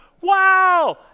wow